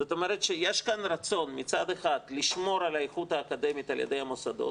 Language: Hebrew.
זאת אומרת שיש כאן רצון מצד אחד לשמור על האיכות האקדמית על ידי המוסדות